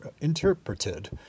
interpreted